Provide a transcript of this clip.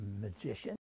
magician